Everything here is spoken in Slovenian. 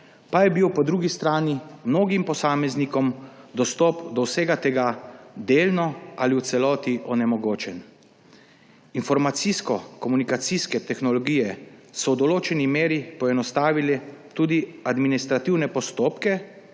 pa je bil po drugi strani mnogim posameznikom dostop do vsega tega delno ali v celoti onemogočen. Informacijsko-komunikacijske tehnologije so v določeni meri poenostavile tudi administrativne postopke